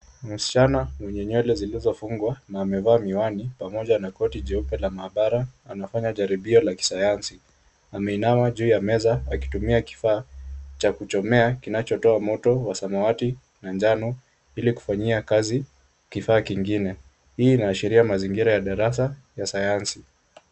Msichana mwenye nywele zilizofungwa na amevaa miwani pamoja na koti jeupe la maabara, anafanya jaribio la kisayansi. Ameinama juu ya meza akitumia kifaa cha kuchomea kinachotoa moto wa samawati na njano, ili kufanyia kazi kifaa kingine. Hii inaashiria mazingira ya darasa ya sayansi.